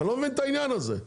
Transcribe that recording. אני לא מבין את העניין הזה.